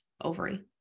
ovary